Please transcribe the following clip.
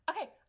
okay